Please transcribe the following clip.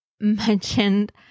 mentioned